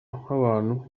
nk’abantu